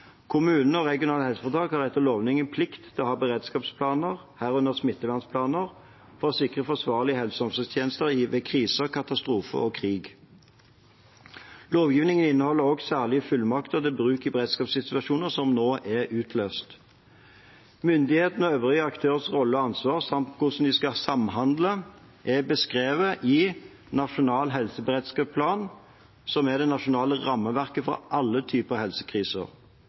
og regionale helseforetak har etter lovgivningen plikt til å ha beredskapsplaner, herunder smittevernplaner, for å sikre forsvarlige helse- og omsorgstjenester ved kriser, katastrofer og krig. Lovgivningen inneholder også særlige fullmakter til bruk i beredskapssituasjoner som nå er utløst. Myndighetenes og øvrige aktørers roller og ansvar, samt hvordan de skal samhandle, er beskrevet i Nasjonal helseberedskapsplan, som er det nasjonale rammeverket for alle typer helsekriser.